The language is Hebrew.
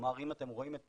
כלומר אם אתם רואים את